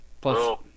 Plus